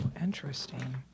interesting